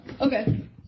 Okay